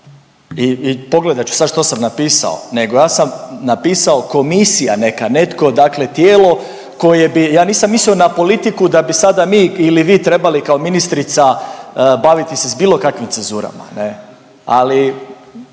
i pogledat ću sad što sam napisao nego ja sam napisao komisija neka, netko dakle tijelo koje bi, ja nisam mislio na politiku da bi sada mi ili vi trebali kao ministrica baviti se s bilo kakvim cenzurama, ne.